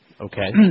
Okay